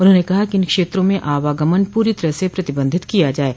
उन्होंने कहा कि इन क्षेत्रों में अवागमन पूरी तरह से प्रतिबंधित किया जाये